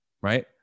right